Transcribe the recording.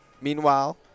Meanwhile